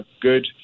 good